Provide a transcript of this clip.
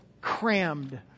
crammed